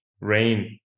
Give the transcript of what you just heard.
rain